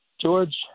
George